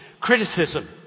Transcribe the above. Criticism